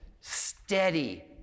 steady